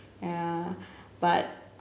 ya but